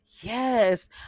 Yes